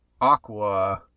Aqua